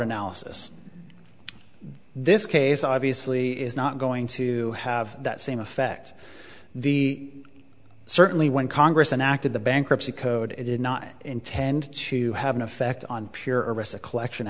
analysis this case obviously is not going to have that same effect the certainly when congress enacted the bankruptcy code it did not intend to have an effect on pure arista collection